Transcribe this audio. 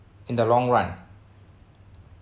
in the long run